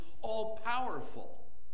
all-powerful